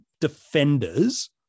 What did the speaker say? defenders